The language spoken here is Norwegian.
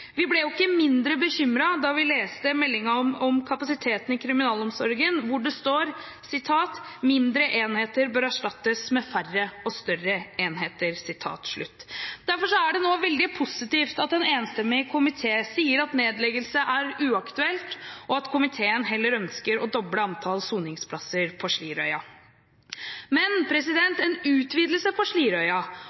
Vi ble ikke mindre bekymret da vi leste meldingen om kapasiteten i kriminalomsorgen, hvor det står at «mindre enheter bør erstattes med færre og større enheter». Derfor er det veldig positivt at en enstemmig komité nå sier at nedleggelse er uaktuelt, og at komiteen heller ønsker å doble antallet soningsplasser på Slidreøya. Men en utvidelse på